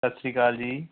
ਸਤਿ ਸ਼੍ਰੀ ਅਕਾਲ ਜੀ